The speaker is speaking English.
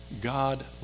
God